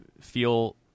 feel